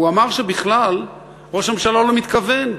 הוא אמר שבכלל ראש הממשלה לא מתכוון,